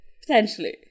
Potentially